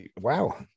Wow